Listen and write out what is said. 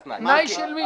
תנאי של מי?